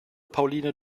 pauline